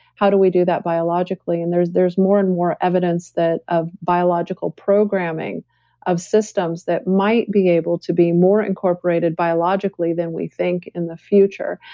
how do we do that biologically. and there's there's more and more evidence that a biological programming of systems that might be able to be more incorporated biologically than we think in the future.